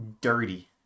dirty